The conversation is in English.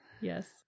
Yes